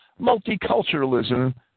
multiculturalism